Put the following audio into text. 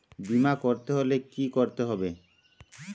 বিমা করতে হলে কি করতে হবে?